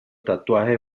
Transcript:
tatuaje